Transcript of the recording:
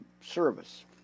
service